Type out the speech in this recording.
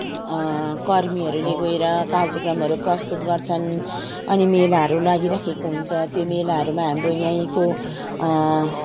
कर्मीहरूले गएर कार्यक्रमहरू प्रस्तुत गर्छन् अनि मेलाहरू लागिरहेको हुन्छ त्यो मेलाहरूमा हाम्रो यहीँको